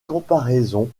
comparaison